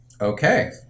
Okay